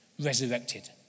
resurrected